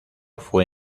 fue